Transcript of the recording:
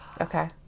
okay